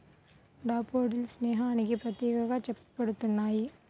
daffodils స్నేహానికి ప్రతీకగా చెప్పబడుతున్నాయి